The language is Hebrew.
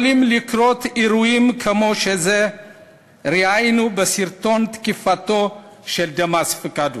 יכולים לקרות אירועים כמו שראינו בסרטון תקיפתו של דמאס פיקדה.